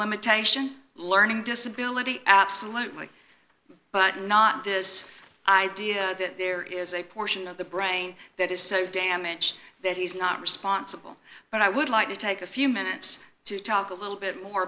limitation learning disability absolutely but not this idea that there is a portion of the brain that is so damage that he's not responsible but i would lie take a few minutes to talk a little bit more